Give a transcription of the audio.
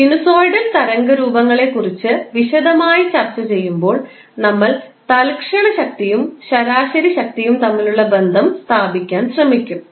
അതിനാൽ സിനുസോയ്ഡൽ തരംഗരൂപങ്ങളെക്കുറിച്ച് വിശദമായി ചർച്ചചെയ്യുമ്പോൾ നമ്മൾ തൽക്ഷണ ശക്തിയും ശരാശരി ശക്തിയും തമ്മിലുള്ള ബന്ധം സ്ഥാപിക്കാൻ ശ്രമിക്കും